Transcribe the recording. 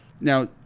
Now